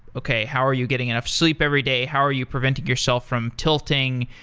okay. how are you getting enough sleep every day? how are you preventing yourself from tilting?